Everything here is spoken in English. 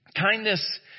Kindness